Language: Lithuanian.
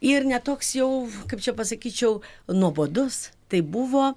ir ne toks jau kaip čia pasakyčiau nuobodus tai buvo